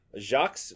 Jacques